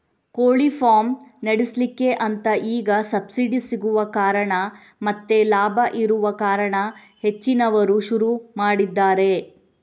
ಕೋಳಿ ಫಾರ್ಮ್ ನಡೆಸ್ಲಿಕ್ಕೆ ಅಂತ ಈಗ ಸಬ್ಸಿಡಿ ಸಿಗುವ ಕಾರಣ ಮತ್ತೆ ಲಾಭ ಇರುವ ಕಾರಣ ಹೆಚ್ಚಿನವರು ಶುರು ಮಾಡಿದ್ದಾರೆ